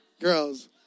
Girls